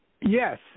Yes